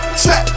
trap